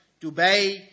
Dubai